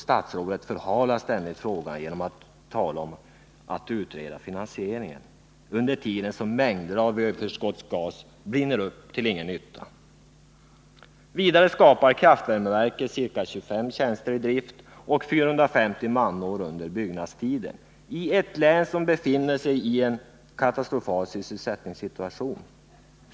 Statsrådet förhalar ständigt frågan genom att tala om att utreda finansieringen, och under tiden brinner mängder av överskottsgas upp till ingen nytta. Vidare skapar kraftvärmeverket ca 25 tjänster i drift och 450 man/år under byggnadstiden i ett län som befinner sig i en katastrofal sysselsättningssituation.